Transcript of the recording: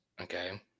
okay